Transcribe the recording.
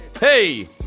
Hey